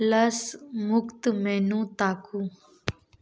लस मुक्त मेनू ताकू